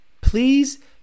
Please